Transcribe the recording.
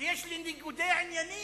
כי יש לי ניגודי עניינים,